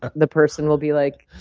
the person will be, like,